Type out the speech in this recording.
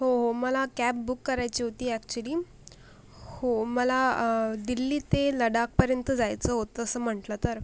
हो हो मला कॅब बुक करायची होती ॲक्च्युअली हो मला दिल्ली ते लडाखपर्यंत जायचं होतं तसं म्हटलं तर